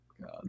God